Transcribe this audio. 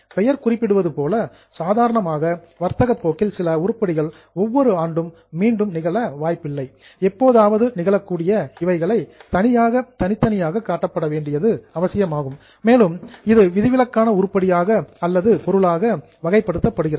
பெயர் குறிப்பிடுவதுபோல சாதாரணமாக வர்த்தகப் போக்கில் சில உருப்படிகள் ஒவ்வொரு ஆண்டும் ரெக்கர் மீண்டும் நிகழ வாய்ப்பில்லை எப்போதாவது நிகழக்கூடிய இவைகளை தனித்தனியாக காட்டப்பட வேண்டியது அவசியமாகும் மேலும் இது விதிவிலக்கான உருப்படியாக அல்லது பொருளாக கேட்டகரைஸ்ட் வகைப்படுத்தப்படுகிறது